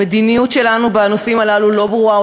המדיניות שלנו בנושאים הללו לא ברורה,